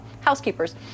housekeepers